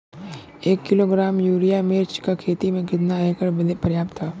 एक kilogram urea मिर्च क खेती में कितना एकड़ बदे पर्याप्त ह?